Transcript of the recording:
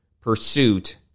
pursuit